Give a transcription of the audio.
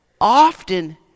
often